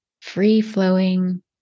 free-flowing